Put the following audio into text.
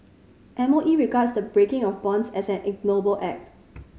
M O E regards the breaking of bonds as an ignoble act